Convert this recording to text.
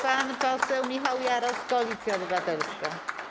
Pan poseł Michał Jaros, Koalicja Obywatelska.